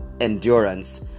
endurance